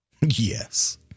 Yes